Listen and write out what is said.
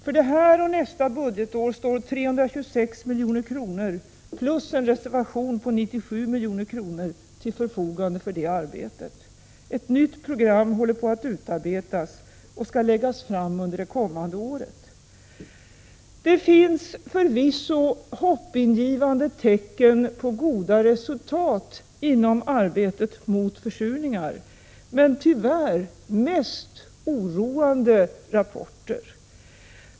För detta och nästa budgetår står 326 milj.kr. plus en reservation på 97 milj.kr. till förfogande för det arbetet. Ett nytt program håller på att utarbetas och skall läggas fram under det kommande året. Det finns förvisso hoppingivande tecken på goda resultat inom arbetet mot försurningar — men tyvärr mest oroande rapporter.